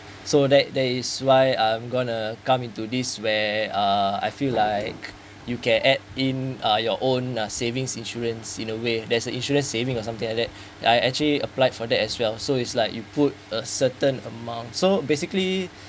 so that that is why I'm gonna come into this where uh I feel like you can add in uh your own uh savings insurance in a way there's the insurance savings or something like that I actually applied for that as well so it's like you put a certain amount so basically